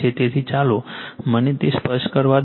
તેથી ચાલો મને તે સ્પષ્ટ કરવા દો